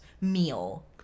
meal